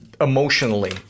emotionally